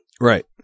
Right